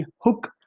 hook